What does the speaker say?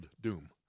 doom